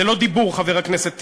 זה לא דיבור, חבר הכנסת טיבי.